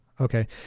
Okay